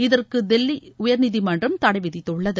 இதற்கும் தில்லி உயர்நீதிமன்றம் தடை விதித்துள்ளது